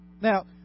Now